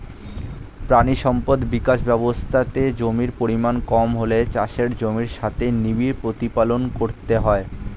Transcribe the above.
প্রাণী সম্পদ বিকাশ ব্যবস্থাতে জমির পরিমাণ কম হলে চাষের জমির সাথেই নিবিড় প্রতিপালন করতে হয়